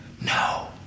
No